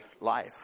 life